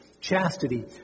chastity